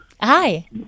Hi